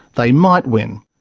they might win.